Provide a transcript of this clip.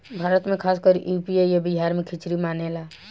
भारत मे खासकर यू.पी आ बिहार मे खिचरी मानेला